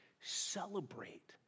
Celebrate